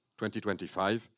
2025